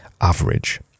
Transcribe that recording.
average